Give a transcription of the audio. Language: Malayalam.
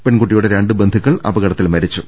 പെൺകുട്ടിയുടെ രണ്ട് ബന്ധുക്കൾ അപ കടത്തിൽ മരിച്ചു